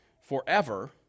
forever